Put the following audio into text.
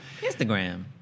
Instagram